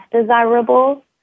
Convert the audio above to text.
desirable